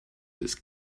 this